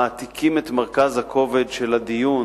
מעתיקים את מרכז הכובד של הדיון